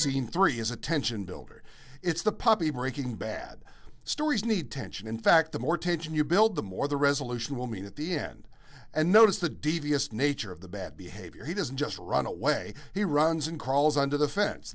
scene three is a tension building it's the puppy breaking bad stories need tension in fact the more tension you build the more the resolution will mean at the end and notice the devious nature of the bad behavior he doesn't just run away he runs and crawls under the fence